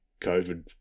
COVID